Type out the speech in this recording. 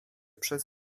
przez